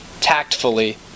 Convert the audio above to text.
tactfully